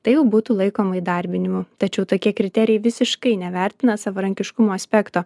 tai jau būtų laikoma įdarbinimu tačiau tokie kriterijai visiškai nevertina savarankiškumo aspekto